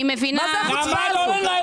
מה זאת החוצפה הזאת?